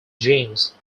james